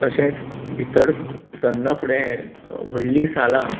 तशेंच भितर सरना फुडें व्हडलीं सालां